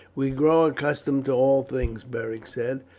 we grow accustomed to all things, beric said.